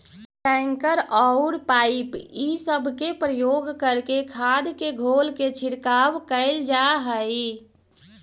tanker औउर pipe इ सब के प्रयोग करके खाद के घोल के छिड़काव कईल जा हई